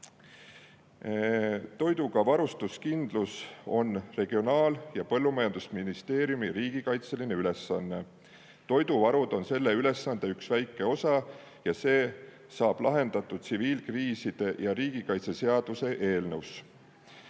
Toiduvarustuskindlus on Regionaal- ja Põllumajandusministeeriumi riigikaitseline ülesanne. Toiduvarud on selle ülesande üks väike osa ja see saab lahendatud tsiviilkriisi ja riigikaitse seaduses.